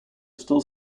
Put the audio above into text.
still